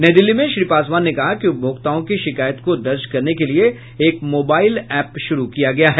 नई दिल्ली में श्री पासवान ने कहा कि उपभोक्ताओं के शिकायतों को दर्ज करने के लिये एक मोबाईल एप्प शुरू किया गया है